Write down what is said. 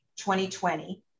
2020